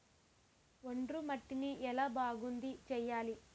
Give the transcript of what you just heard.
ఒండ్రు మట్టిని ఎలా బాగుంది చేయాలి?